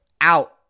out